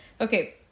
Okay